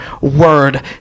word